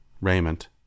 raiment